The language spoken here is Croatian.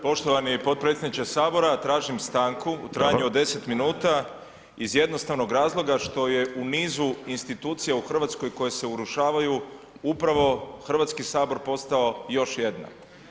Poštovani potpredsjedniče Sabora, tražim stanku u trajanju od 10 minuta iz jednostavnog razloga što je u nizu institucija u Hrvatskoj koje se urušavaju upravo Hrvatski sabor postao još jedna.